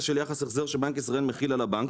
של יחס החזר שבנק ישראל מחיל על הבנק.